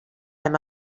him